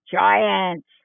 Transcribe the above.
Giants